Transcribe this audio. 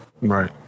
Right